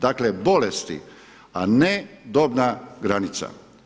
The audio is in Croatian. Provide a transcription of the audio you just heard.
Dakle, bolesti a ne dobna granica.